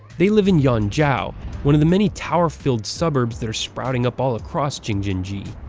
they live in yanjiao, one of the many tower-filled suburbs that are sprouting up all across jing-jin-ji.